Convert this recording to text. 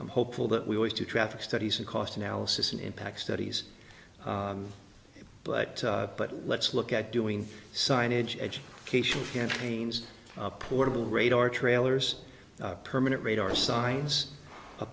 i'm hopeful that we always do traffic studies and cost analysis and impact studies but but let's look at doing signage edge cation campaigns portable radar trailers permanent radar signs a